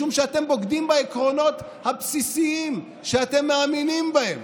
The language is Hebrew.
משום שאתם בוגדים בעקרונות הבסיסיים שאתם מאמינים בהם.